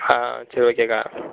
ஹான் சரி ஓகே அக்கா